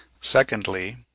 secondly